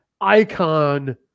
icon